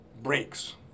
breaks